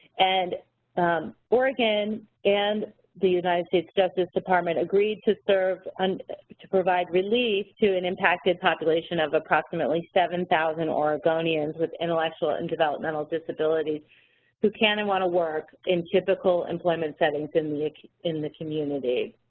and oregon and the united states justice department agreed to serve and to provide relief to an impacted population of approximately seven thousand oregonians with intellectual and developmental disabilities who can and want to work in typical employment settings in like in the community.